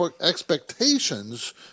expectations